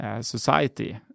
society